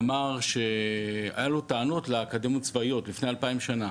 והיו לו טענות לאקדמיות הצבאיות לפני 2000 שנה,